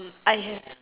mm I have